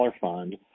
fund